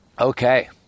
Okay